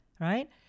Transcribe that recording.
right